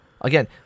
again